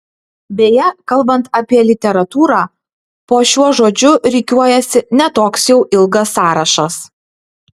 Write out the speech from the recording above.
beje kalbant apie literatūrą po šiuo žodžiu rikiuojasi ne toks jau ilgas sąrašas